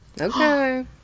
Okay